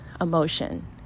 emotion